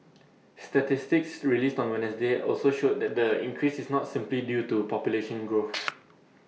statistics released on Wednesday also showed that the increase is not simply due to population growth